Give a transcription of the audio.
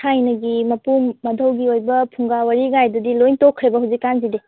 ꯊꯥꯏꯅꯒꯤ ꯃꯄꯨ ꯃꯙꯧꯒꯤ ꯑꯣꯏꯕ ꯐꯨꯡꯒꯥ ꯋꯥꯔꯤꯒꯥꯏꯗꯨꯗꯤ ꯂꯣꯏ ꯇꯣꯛꯈ꯭ꯔꯦꯕ ꯍꯧꯖꯤꯛ ꯀꯥꯟꯁꯤꯗꯤ